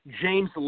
James